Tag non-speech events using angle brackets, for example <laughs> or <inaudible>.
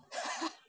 <laughs>